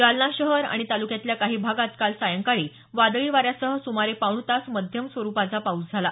जालना शहर आणि तालुक्यातल्या काही भागात काल सायंकाळी वादळी वाऱ्यासह सुमारे पाऊणतास मध्यम स्वरुपाचा पाऊस झाला